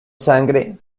sangre